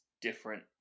different